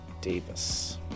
Davis